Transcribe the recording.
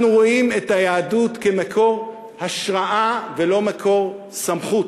אנחנו רואים את היהדות כמקור השראה ולא מקור סמכות,